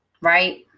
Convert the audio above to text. right